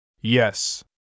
Yes